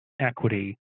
equity